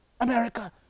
America